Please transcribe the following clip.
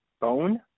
Bone